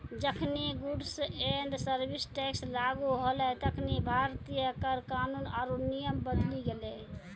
जखनि goods and service tax लागू होलै तखनि भारतीय कर कानून आरु नियम बदली गेलै